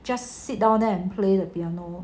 just sit down there and play the piano